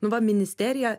nu va ministerija